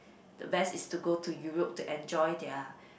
the best is to go to Europe to enjoy their